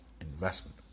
investment